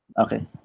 okay